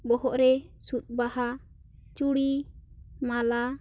ᱵᱚᱦᱚᱜ ᱨᱮ ᱥᱩᱛ ᱵᱟᱦᱟ ᱪᱩᱲᱤ ᱢᱟᱞᱟ